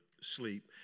sleep